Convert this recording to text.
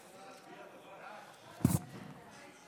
לסיוע כלכלי (נגיף הקורונה החדש) (הוראת שעה) (תיקון מס'